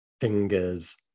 fingers